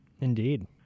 Indeed